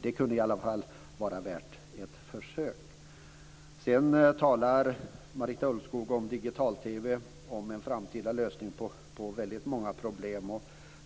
Det kunde vara värt ett försök. Marita Ulvskog talar om digital-TV som en framtida lösning på många problem.